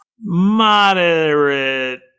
moderate